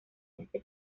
este